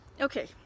Okay